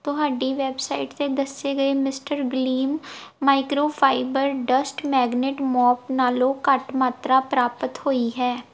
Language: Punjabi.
ਤੁਹਾਡੀ ਵੈੱਬਸਾਈਟ 'ਤੇ ਦੱਸੇ ਗਏ mister Glim microfibre dust magnet mop ਨਾਲੋਂ ਘੱਟ ਮਾਤਰਾ ਪ੍ਰਾਪਤ ਹੋਈ ਹੈ